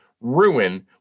ruin